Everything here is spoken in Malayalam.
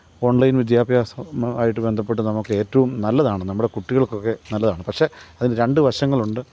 ഓണ്ലൈന് വിദ്യാഭ്യാസം ആയിട്ട് ബന്ധപ്പെട്ട് നമുക്കേറ്റവും നല്ലതാണ് നമ്മുടെ കുട്ടികള്ക്കൊക്കെ നല്ലതാണ് പക്ഷെ അതിന് രണ്ട് വശങ്ങളുണ്ട്